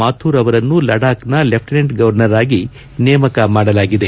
ಮಾಥೂರ್ ಅವರನ್ನು ಲಡಾಕ್ನ lieutenant governor ಆಗಿ ನೇಮಕ ಮಾಡಲಾಗಿದೆ